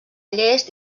llest